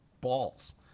balls